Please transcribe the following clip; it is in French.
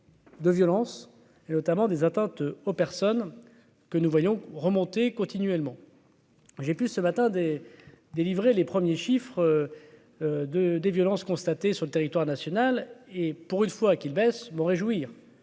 De violence et notamment des atteintes aux personnes que nous voyons remonter continuellement. J'ai pu ce matin des délivrer les premiers chiffres de des violences constatées sur le territoire national et pour une fois qu'il baisse en réjouir